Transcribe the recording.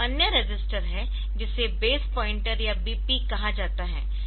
एक अन्य रजिस्टर है जिसे बेस पॉइंटर या BP कहा जाता है